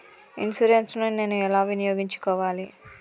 Insurance ని నేను ఎలా వినియోగించుకోవాలి?